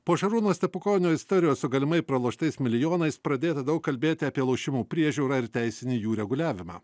po šarūno stepukonio istorijos su galimai praloštais milijonais pradėta daug kalbėti apie lošimų priežiūrą ir teisinį jų reguliavimą